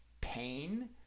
pain